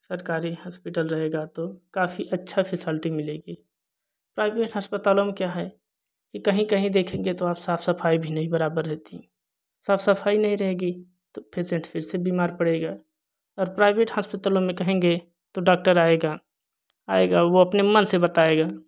सरकारी हॉस्पिटल रहेगा तो काफी अच्छा फैसिलिटी मिलेगी प्राइवेट अस्पतालों में क्या है कहीं कहीं देखेंगे तो आप साफ सफाई भी बराबर नहीं रहती साफ सफाई नहीं रहेगी तो पेशेंट फिर से बीमार पड़ेगा और के प्राइवेट हॉस्पिटल में कहेंगे तो डॉक्टर आएगा आएगा वो अपने मन से बताएगा